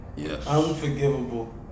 Unforgivable